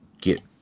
get